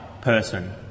person